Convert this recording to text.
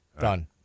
Done